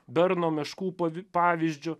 dar nuo meškų pavi pavyzdžiu